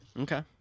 Okay